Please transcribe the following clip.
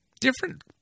different